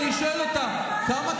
תגיד את האמת.